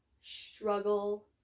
struggle